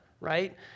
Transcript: right